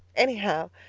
anyhow,